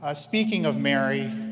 ah speaking of mary,